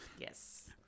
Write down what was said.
Yes